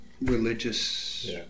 religious